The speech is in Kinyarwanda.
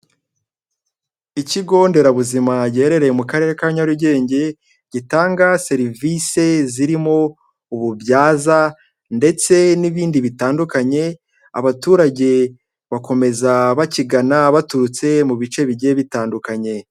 Ikigo nderabuzima giherereye mu karere ka Nyarugenge, gitanga serivisi zirimo ububyaza ndetse n'ibindi bitandukanye, abaturage bakomeza bakigana baturutse mu bice bigiye bitandukanye.